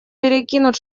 перекинут